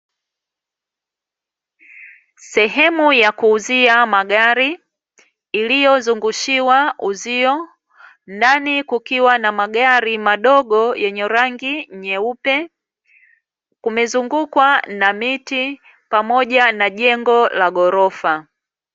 Sehemu ya kuuzia magari iliyozungushiwa uzio, ndani kukiwa na magari madogo yenye rangi nyeupe. Kumezungukwa na miti pamoja na jengo la ghorofa.